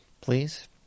Please